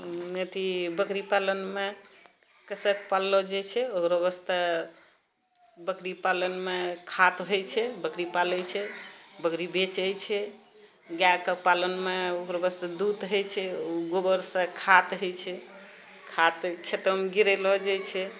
अथी बकरी पालनमे कैसे पाललो जाइत छै ओकर वास्ते बकरी पालनमे खाद होइत छै बकरी पालय छै बकरी बेचय छै गायके पालनमे ओकरो वास्ते दूध होइत छै गोबरसँ खाद होइत छै खादके खेतोमे गिरेलो जाइत छै